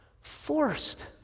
forced